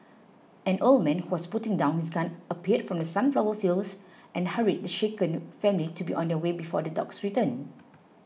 an old man who was putting down his gun appeared from the sunflower fields and hurried the shaken family to be on their way before the dogs return